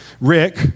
Rick